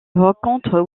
rencontrent